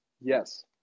Yes